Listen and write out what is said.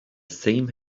same